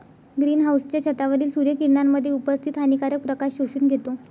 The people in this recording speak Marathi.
ग्रीन हाउसच्या छतावरील सूर्य किरणांमध्ये उपस्थित हानिकारक प्रकाश शोषून घेतो